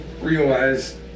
realize